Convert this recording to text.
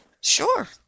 Sure